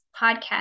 podcast